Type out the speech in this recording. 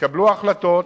ויתקבלו החלטות.